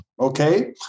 okay